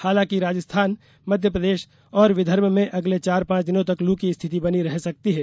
हालांकि राजस्थान मध्य प्रदेश और विदर्भ में अगले चार पांच दिनों तक लू की स्थिति बनी रह सकती है